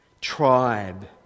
tribe